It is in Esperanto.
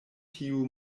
tiu